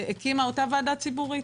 שהקימה אותה ועדה ציבורית,